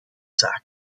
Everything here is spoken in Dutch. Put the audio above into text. zaak